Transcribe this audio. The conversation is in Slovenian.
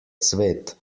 cvet